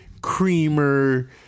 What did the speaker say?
creamer